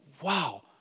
wow